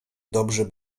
dobrze